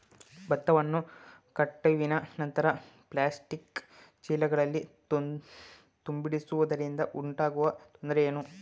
ಭತ್ತವನ್ನು ಕಟಾವಿನ ನಂತರ ಪ್ಲಾಸ್ಟಿಕ್ ಚೀಲಗಳಲ್ಲಿ ತುಂಬಿಸಿಡುವುದರಿಂದ ಉಂಟಾಗುವ ತೊಂದರೆ ಏನು?